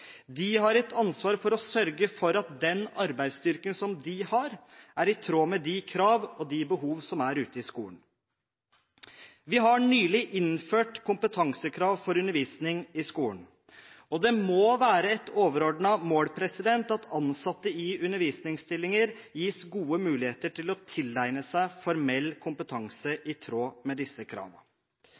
De har et ansvar for å sørge for at den arbeidsstyrken som de har, er i tråd med krav og behov i skolen. Vi har nylig innført kompetansekrav når det gjelder undervisning i skolen. Det må være et overordnet mål at ansatte i undervisningsstillinger gis gode muligheter til å tilegne seg formell kompetanse, i tråd med disse